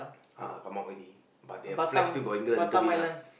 uh come out already but their flag still got England little bit lah